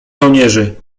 żołnierzy